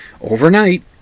overnight